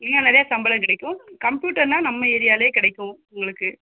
இன்னும் நிறையா சம்பளம் கிடைக்கும் கம்ப்யூட்டர்னால் நம்ம ஏரியாவிலையே கிடைக்கும் உங்களுக்கு